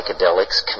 psychedelics